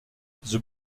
the